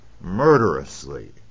murderously